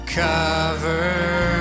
cover